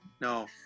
no